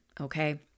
Okay